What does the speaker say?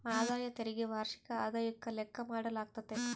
ಆದಾಯ ತೆರಿಗೆ ವಾರ್ಷಿಕ ಆದಾಯುಕ್ಕ ಲೆಕ್ಕ ಮಾಡಾಲಾಗ್ತತೆ